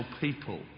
people